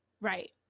Right